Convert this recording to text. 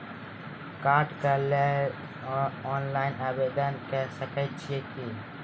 कार्डक लेल ऑनलाइन आवेदन के सकै छियै की?